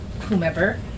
whomever